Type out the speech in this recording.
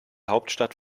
hauptstadt